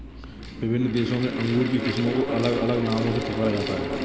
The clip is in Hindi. विभिन्न देशों में अंगूर की किस्मों को अलग अलग नामों से पुकारा जाता है